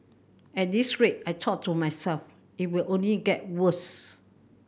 at this rate I thought to myself it will only get worse